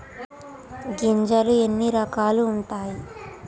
గింజలు ఎన్ని రకాలు ఉంటాయి?